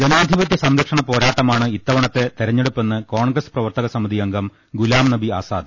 ജനാധിപത്യ സംരക്ഷണ പോരാട്ടമാണ് ഇത്തവണത്തെ തെര ഞ്ഞെടുപ്പെന്ന് കോൺഗ്രസ് പ്രവർത്തക സമിതിയംഗം ഗുലാം നബി ആസാദ്